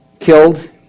Killed